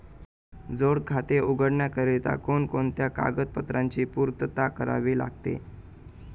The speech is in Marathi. जोड खाते उघडण्याकरिता कोणकोणत्या कागदपत्रांची पूर्तता करावी लागते?